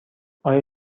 آیا